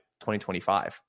2025